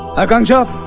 akansha?